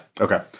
Okay